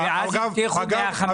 אגב,